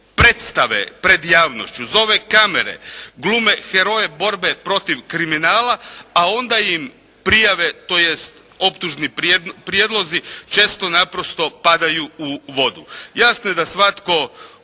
predstave pred javnošću. Zove kamere. Glume heroje borbe protiv kriminala a onda im prijave tj. optužni prijedlozi često naprosto padaju u vodu. Jasno je da svatko